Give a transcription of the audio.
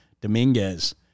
Dominguez